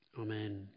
Amen